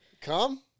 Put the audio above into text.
Come